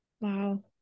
wow